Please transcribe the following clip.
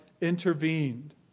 intervened